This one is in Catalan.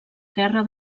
guerra